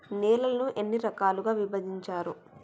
నేలలను ఎన్ని రకాలుగా విభజించారు?